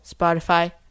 Spotify